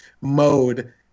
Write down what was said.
mode